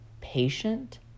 patient